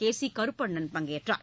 K C Karuppannan பங்கேற்றார்